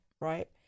Right